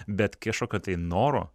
bet kišo kad tai noro